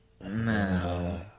No